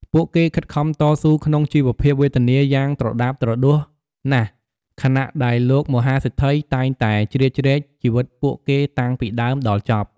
ពួកគេខិតខំតស៊ូក្នុងជីវភាពវេទនាយ៉ាងត្រដាបត្រដួសណាស់ខណៈ ដែលលោកមហាសេដ្ឋីតែងតែជ្រៀតជ្រែកជីវិតពួកគេតាំងពីដើមដល់ចប់។